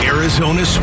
Arizona